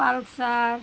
pulsar